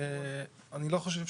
אני לא חושב,